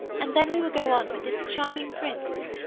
and then we will go on with this charming prince.